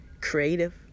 creative